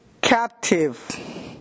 captive